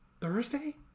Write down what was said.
Thursday